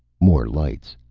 more lights.